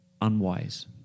unwise